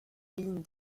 ligne